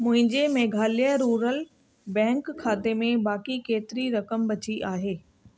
मुंहिंजे Meghalaya rural bank खाते में बाक़ी केतिरी रक़म बची आहे